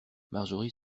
marjorie